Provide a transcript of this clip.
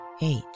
eight